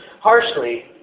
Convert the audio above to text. harshly